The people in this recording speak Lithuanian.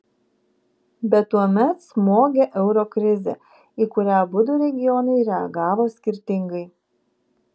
bet tuomet smogė euro krizė į kurią abudu regionai reagavo skirtingai